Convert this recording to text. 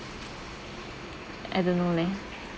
I don't know leh